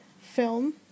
film